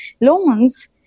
loans